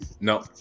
No